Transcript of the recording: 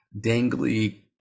dangly